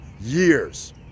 years